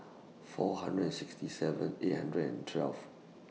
four hundred and sixty seven eight hundred and twelve